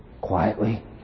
quietly